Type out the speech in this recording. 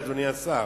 אדוני השר,